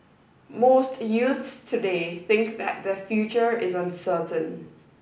most youths today think that their future is uncertain